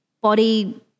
body